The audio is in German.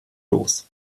los